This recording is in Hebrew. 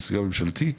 לסיוע ממשלתי,